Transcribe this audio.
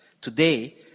today